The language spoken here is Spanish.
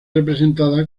representada